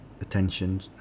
attention